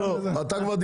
מה, מה יש פה